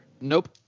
Nope